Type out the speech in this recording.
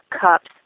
cups